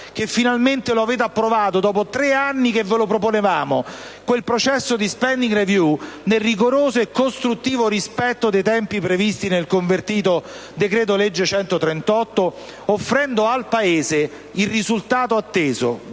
che finalmente lo avete approvato, dopo 3 anni che ve lo proponevamo, quel processo di *spending review*, nel rigoroso e costruttivo rispetto dei tempi previsti nel convertito decreto-legge n. 138 del 2011, offrendo al Paese il risultato atteso: